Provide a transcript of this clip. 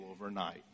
overnight